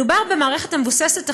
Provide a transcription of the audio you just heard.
מדובר במערכת מבוססת טכנולוגיה,